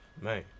Man